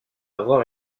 avoir